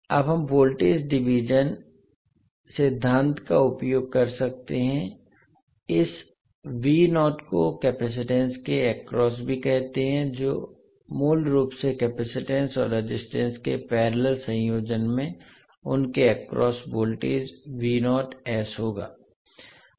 अब हम voltage division सिद्धांत का उपयोग कर सकते हैं इस को केपेसिटंस के अक्रॉस भी कहते हैं तो मूल रूप से केपेसिटंस और रेजिस्टेंस के पैरेलल संयोजन में उनके अक्रॉस वोल्टेज होगा